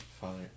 Father